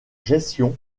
gestion